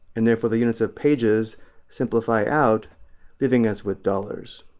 and therefore the units of pages simplify out leaving us with dollars.